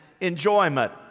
enjoyment